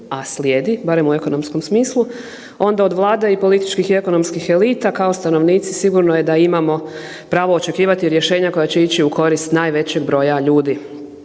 a slijedi, barem u ekonomskom smislu onda od Vlade i političkih i ekonomskim elita kao stanovnici sigurno je da imamo pravo očekivati rješenja koja će ići u korist najvećeg broja ljudi.